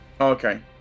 Okay